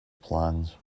plans